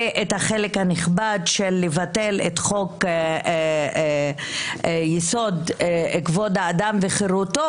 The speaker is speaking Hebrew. ואת החלק הנכבד של ביטול חוק-יסוד: כבוד האדם וחירותו,